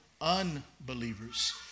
unbelievers